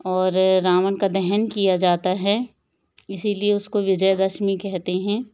और रावण का दहन किया जाता है इसीलिए उसको विजयदशमी कहते हैं